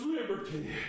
liberty